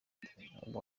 ubu